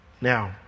Now